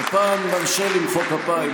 הפעם נרשה למחוא כפיים,